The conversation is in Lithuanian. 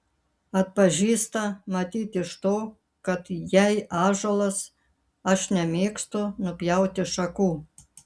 atpažįsta matyt iš to kad jei ąžuolas aš nemėgstu nupjauti šakų